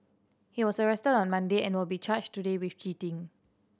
he was arrested on Monday and will be charged today with cheating